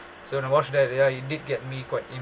so I watched that ya it did get me quite e~